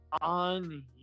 on